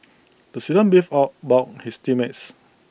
the student beefed about his team mates